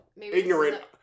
ignorant